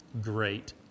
great